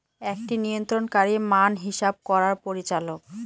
একটি নিয়ন্ত্রণকারী মান হিসাব করার পরিচালক